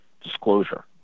disclosure